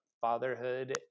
fatherhood